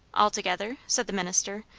altogether? said the minister.